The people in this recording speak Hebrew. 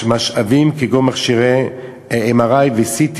משאבים כגון מכשירי MRI ו-CT.